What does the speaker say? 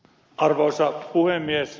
arvoisa puhemies